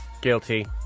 Guilty